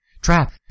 Trap